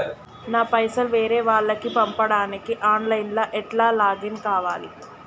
నా పైసల్ వేరే వాళ్లకి పంపడానికి ఆన్ లైన్ లా ఎట్ల లాగిన్ కావాలి?